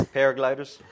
paragliders